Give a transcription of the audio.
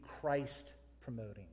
Christ-promoting